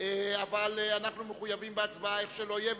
אבל אנחנו מחויבים בהצבעה איך שלא יהיה,